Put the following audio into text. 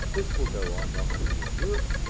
this will go on not only in europe,